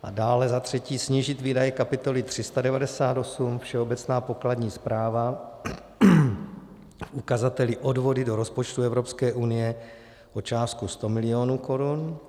A dále, za třetí, snížit výdaje kapitoly 398 Všeobecná pokladní správa v ukazateli odvody do rozpočtu Evropské unie o částku 100 milionů korun.